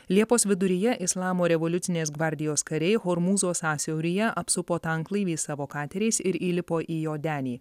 liepos viduryje islamo revoliucinės gvardijos kariai hormūzo sąsiauryje apsupo tanklaivį savo kateriais ir įlipo į jo denį